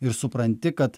ir supranti kad